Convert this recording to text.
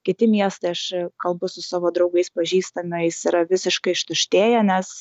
kiti miestai aš kalbu su savo draugais pažįstamais yra visiškai ištuštėję nes